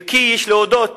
אם כי יש להודות